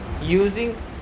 Using